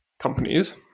companies